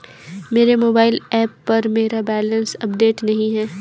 मेरे mobile app पर मेरा बैलेंस अपडेट नहीं है